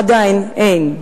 עדיין אין.